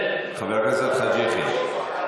חבר הכנסת חאג' יחיא?